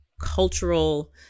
cultural